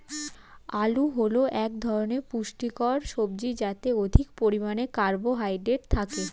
আলু হল এক ধরনের পুষ্টিকর সবজি যাতে অধিক পরিমাণে কার্বোহাইড্রেট থাকে